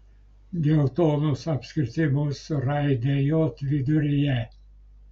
geltonus apskritimus su raide j viduryje